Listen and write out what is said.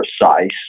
precise